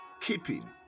keeping